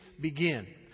begin